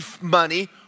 money